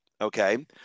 Okay